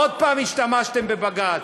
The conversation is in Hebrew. עוד פעם השתמשתם בבג"ץ.